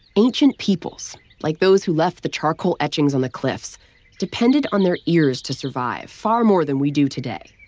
ancient peoples like those who left the charcoal etchings on the cliffs depended on their ears to survive far more than we do today.